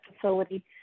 facility